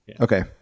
Okay